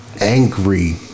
angry